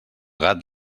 gat